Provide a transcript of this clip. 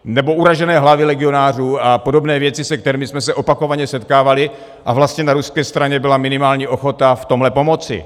Nebo uražené hlavy legionářů a podobné věci, se kterými jsme se opakovaně setkávali, a na ruské straně vlastně byla minimální ochota v tomhle pomoci.